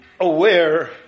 aware